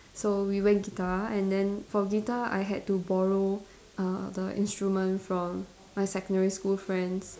so we went guitar and then for guitar I had to borrow uh the instrument from my secondary school friends